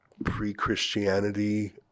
pre-Christianity